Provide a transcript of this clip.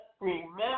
remember